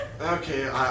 Okay